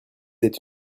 êtes